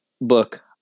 book